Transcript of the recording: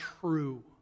True